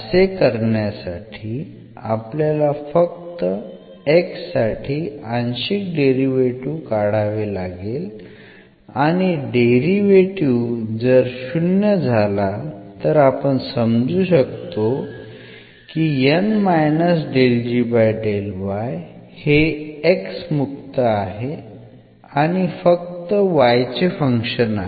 असे करण्यासाठी आपल्याला फक्त x साठी आंशिक डेरिव्हेटीव्ह काढावे लागेल आणि डेरिव्हेटीव्ह जर 0 झाला तर आपण समजू शकतो की हे x मुक्त आहे आणि फक्त y चे फंक्शन आहे